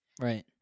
right